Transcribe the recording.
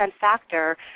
factor